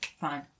fine